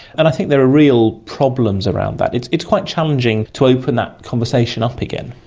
and i think there are real problems around that. it's it's quite challenging to open that conversation up again.